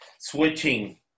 switching